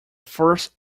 first